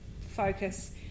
focus